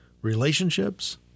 relationships